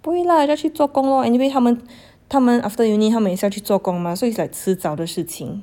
不会 lah just 去做工 lor anyway 他们他们 after uni 也是要去做工 mah so it's like 迟早的事情